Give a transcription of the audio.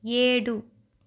ఏడు